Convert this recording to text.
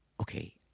okay